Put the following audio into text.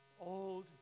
old